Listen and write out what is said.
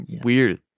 weird